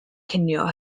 cinio